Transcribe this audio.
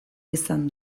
izan